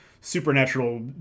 supernatural